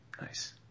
Nice